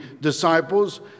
disciples